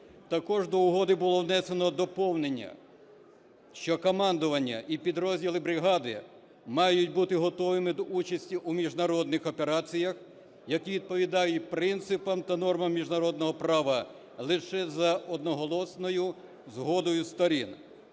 Також до угоди було внесено доповнення, що командування і підрозділи бригади мають бути готовими до участі у міжнародних операціях, які відповідають принципам та нормам міжнародного права лише за одноголосною згодою сторін.